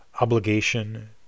obligation